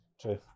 True